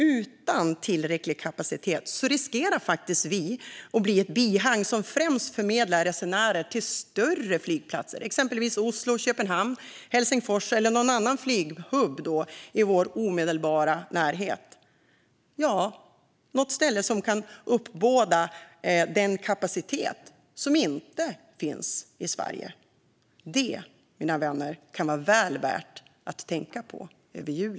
Utan tillräcklig kapacitet riskerar vi att bli ett bihang som främst förmedlar resenärer till större flygplatser som Oslo, Köpenhamn, Helsingfors eller någon annan flyghubb i vår omedelbara närhet - ja, något ställe som kan uppbåda den kapacitet som inte finns i Sverige. Detta, mina vänner, kan vara väl värt att tänka på över jul.